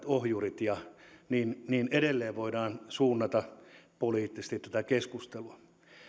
ohjurit ja niin niin edelleen voidaan suunnata poliittisesti tätä keskustelua